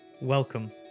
Welcome